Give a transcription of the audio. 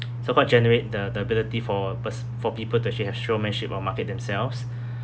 so-called generate the the ability for pers~ for people to actually have showmanship or market themselves